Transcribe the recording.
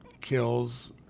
kills